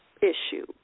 issue